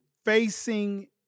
facing